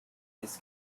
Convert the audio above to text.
this